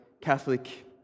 Catholic